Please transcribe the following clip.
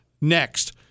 next